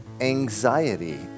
anxiety